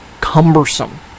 cumbersome